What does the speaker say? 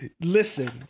listen